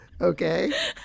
Okay